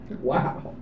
Wow